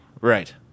Right